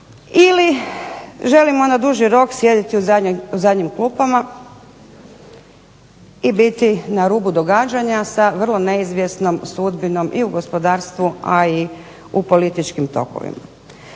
Ili želimo na duži rok sjediti u zadnjim klupama i biti na rubu događanja sa vrlo neizvjesnom sudbinom i u gospodarstvu, a i u političkim tokovima.